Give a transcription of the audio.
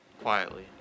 Quietly